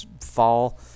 fall